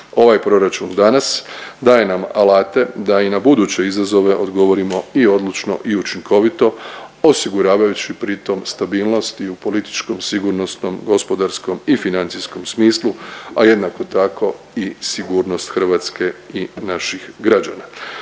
Ovaj proračun danas daje nam alate da i na buduće izazove odgovorimo i odlučno i učinkovito osiguravajući pritom stabilnost i u političkom, sigurnosnom, gospodarskom i financijskom smislu, a jednako tako i sigurnost Hrvatske i naših građana.